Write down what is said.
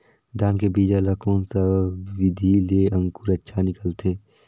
धान के बीजा ला कोन सा विधि ले अंकुर अच्छा निकलथे?